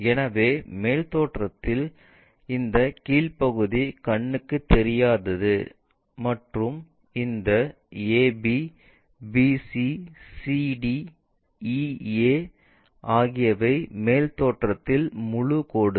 எனவே மேல் தோற்றத்தில் இந்த கீழ்ப்பகுதி கண்ணுக்கு தெரியாதது மற்றும் இந்த ab bc cd ea ஆகியவை மேல் தோற்றத்தில் முழு கோடுகள்